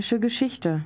Geschichte